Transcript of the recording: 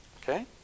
Okay